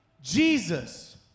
Jesus